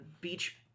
beach